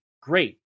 Great